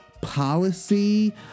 policy